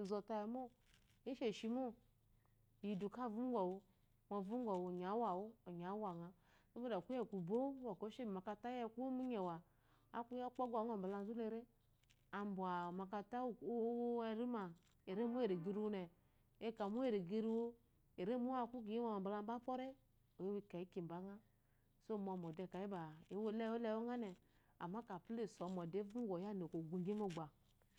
ozɔmu pa ishemo yidu ka vongɔwu ɔvongɔ wu onye aku uwawu aku waŋa kuye kubó ku bɔkɔ eshé momákarata uwaku mú nyewa aku yi ɔkpɔmgba aŋɔ mbakazu léré anwa omákaratá uwerima erimo makarata uwuriga iruwu kiyi momɔ mbala mba kpore momɔ dé akayi ba ewola ewu ŋa ama kapu lesomɔmɔ err